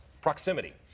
proximity